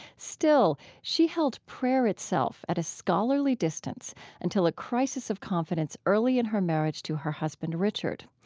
still, she held prayer itself at a scholarly distance until a crisis of confidence early in her marriage to her husband, richard.